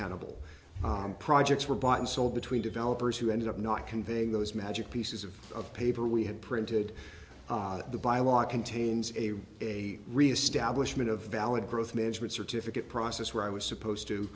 and projects were bought and sold between developers who ended up not conveying those magic pieces of paper we had printed the buy a lot contains a a reestablishment of valid growth management certificate process where i was supposed to